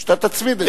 אתה תצמיד את זה.